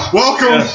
welcome